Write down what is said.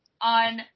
on